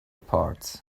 parts